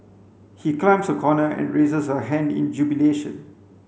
he climbs a corner and raises a hand in jubilation